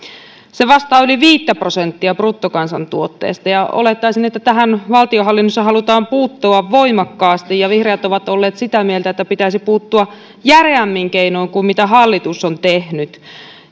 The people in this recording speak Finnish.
se vastaa yli viittä prosenttia bruttokansantuotteesta ja olettaisin että tähän valtionhallinnossa halutaan puuttua voimakkaasti ja vihreät ovat olleet sitä mieltä että pitäisi puuttua järeämmin keinoin kuin mitä hallitus on tehnyt